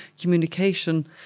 communication